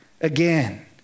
again